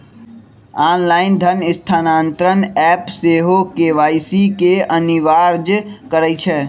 online धन स्थानान्तरण app सेहो के.वाई.सी के अनिवार्ज करइ छै